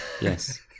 Yes